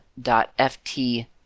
.ft